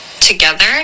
together